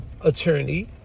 attorney